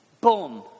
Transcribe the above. Boom